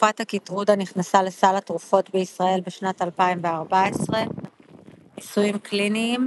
תרופת הקיטרודה נכנסה לסל התרופות בישראל בשנת 2014. ניסויים קליניים